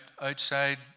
outside